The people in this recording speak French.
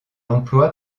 emploie